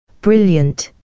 Brilliant